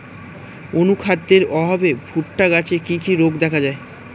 অনুখাদ্যের অভাবে ভুট্টা গাছে কি কি রোগ দেখা যায়?